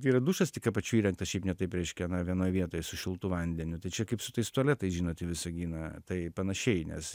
vyrų dušas tik apačioj įrengtas šiaip ne taip reiškia na vienoj vietoj su šiltu vandeniu tai čia kaip su tais tualetais žinot į visaginą tai panašiai nes